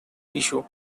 issue